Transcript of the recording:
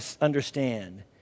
understand